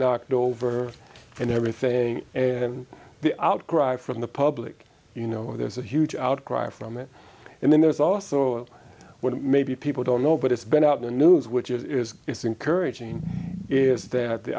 knocked over and everything and the outcry from the public you know there's a huge outcry from it and then there's also what maybe people don't know but it's been up in the news which is it's encouraging is that the